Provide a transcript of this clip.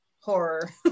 horror